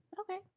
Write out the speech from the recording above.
Okay